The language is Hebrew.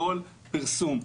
כל פרסום,